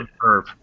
Curve